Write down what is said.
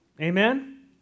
Amen